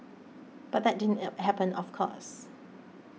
but that didn't happen of course